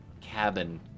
cabin